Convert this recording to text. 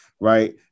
right